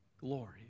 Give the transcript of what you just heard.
glory